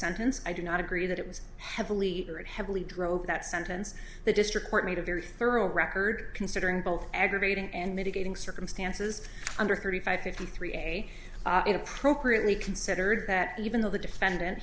sentence i do not agree that it was heavily heavily drove that sentence the district court made a very thorough record considering both aggravating and mitigating circumstances under thirty five fifty three a it appropriately considered that even though the defendant